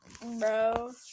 Bro